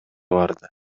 барды